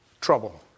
trouble